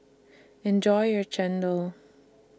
Enjoy your Chendol